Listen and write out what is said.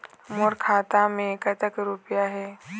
मोर खाता मैं कतक रुपया हे?